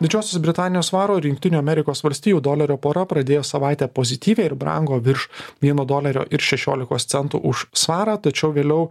didžiosios britanijos svaro ir jungtinių amerikos valstijų dolerio pora pradėjo savaitę pozityviai ir brango virš vieno dolerio ir šešiolikos centų už svarą tačiau vėliau